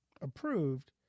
approved